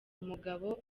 umugabo